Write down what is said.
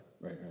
Right